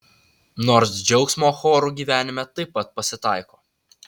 nors džiaugsmo chorų gyvenime taip pat pasitaiko